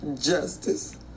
justice